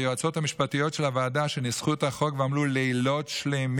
ליועצות המשפטיות של הוועדה שניסחו את החוק ועמלו לילות שלמים